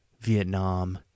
Vietnam